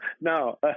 No